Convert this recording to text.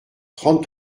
trente